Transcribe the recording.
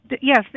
Yes